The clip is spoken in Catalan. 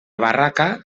barraca